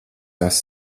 tās